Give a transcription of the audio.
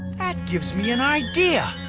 that gives me an idea!